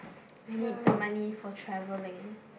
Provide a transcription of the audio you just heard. I need the money for travelling